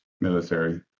military